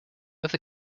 other